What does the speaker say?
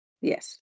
yes